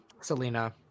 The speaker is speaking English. Selena